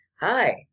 hi